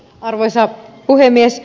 arvoisa puhemies